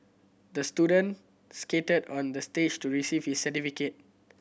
the student skated onto the stage to receive his certificate